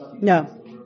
No